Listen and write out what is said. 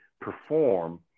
perform